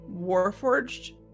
warforged